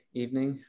evening